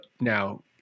now